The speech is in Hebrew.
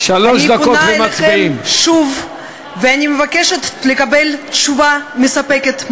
אני פונה אליכם שוב ואני מבקשת לקבל תשובה מספקת,